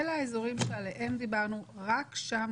אלה האזורים שעליהם דיברנו, רק שם